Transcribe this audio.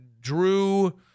drew